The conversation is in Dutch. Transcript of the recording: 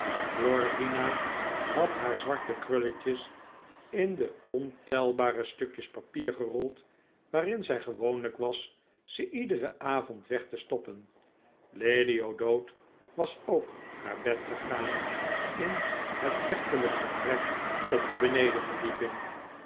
glorvina had haar zwarte krulletjes in de ontelbare stukjes papier gerold waarin zij gewoon was ze iederen avond weg te stoppen lady o'dowd was ook naar bed gegaan in het echtelijk vertrek op de benedenverdieping